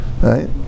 right